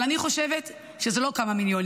אבל אני חושבת שזה לא כמה מיליונים,